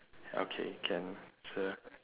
okay can so